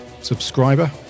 subscriber